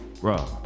bro